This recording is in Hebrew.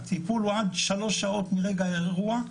הטיפול הוא עד שלוש שעות מרגע האירוע,